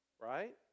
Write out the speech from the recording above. right